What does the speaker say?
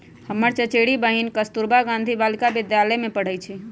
हमर चचेरी बहिन कस्तूरबा गांधी बालिका विद्यालय में पढ़इ छइ